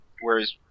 Whereas